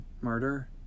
murder